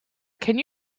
can